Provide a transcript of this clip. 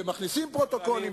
ומכניסים פרוטוקולים,